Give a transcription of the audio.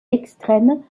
extrêmes